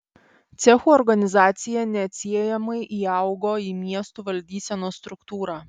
cechų organizacija neatsiejamai įaugo į miestų valdysenos struktūrą